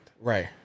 Right